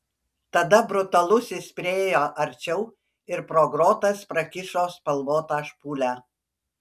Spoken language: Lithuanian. tada brutalusis priėjo arčiau ir pro grotas prakišo spalvotą špūlę